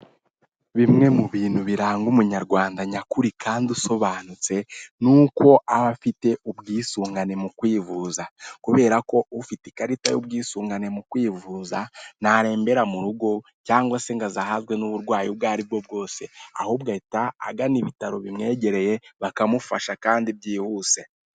Bimwe mu bintu biranga umunyarwanda nyakuri kandi usobanutse n'uko u aba afite ubwisungane mu kwivuza, kubera ko ufite ikarita y'ubwisungane mu kwivuza ntarembera mu rugo, cyangwa se ngo azahazwe n'uburwayi ubwo aribwo bwose, ahubwo ahita agana ibitaro bimwegereye bakamufasha kandi byihuse.